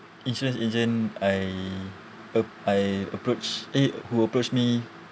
insurance agent I a~ I approach eh who approached me